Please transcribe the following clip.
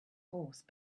horse